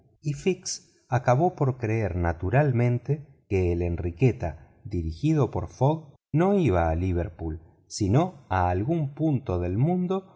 acabó por creer naturalmente que la enriqueta dirigida por fogg no iba a liverpool sino a algún punto del mundo